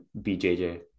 bjj